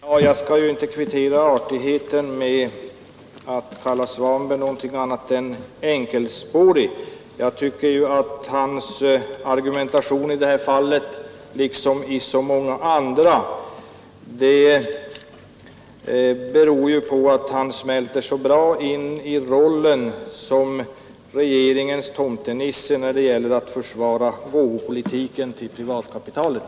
Herr talman! Jag skall inte kvittera artigheten med att kalla herr Svanberg någonting annat än enkelspårig. Hans argumentation i detta fall, liksom i så många andra, är förklarlig därför att han smälter så bra in i rollen som regeringens tomtenisse när det gäller att försvara gåvopolitiken i förhållande till privatkapitalet.